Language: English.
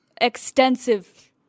extensive